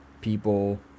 people